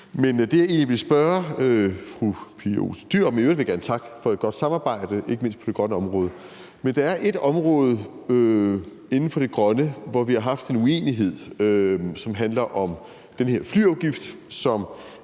Men det jeg egentlig ville spørge fru Pia Olsen Dyhr om – og i øvrigt vil jeg gerne takke for godt samarbejde, ikke mindst på det grønne område – er et område inden for det grønne, hvor vi har haft en uenighed, som handler om den her flyafgift, som